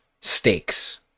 stakes